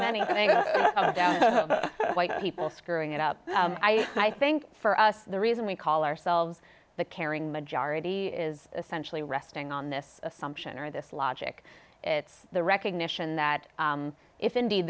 many i think people screwing it up i think for us the reason we call ourselves the caring majority is essentially resting on this assumption or this logic it's the recognition that if indeed